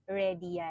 ready